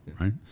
Right